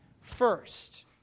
first